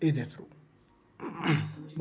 एह्दे थ्रू